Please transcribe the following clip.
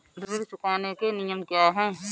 ऋण चुकाने के नियम क्या हैं?